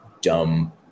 dumb